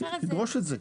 אז היא תדרוש את זה.